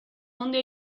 dónde